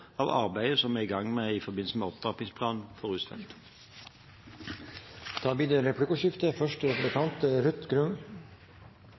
av arbeidet som vi er i gang med i forbindelse med opptrappingsplanen for rusfeltet. Det blir replikkordskifte.